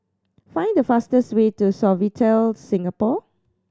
find the fastest way to Sofitel Singapore